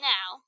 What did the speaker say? Now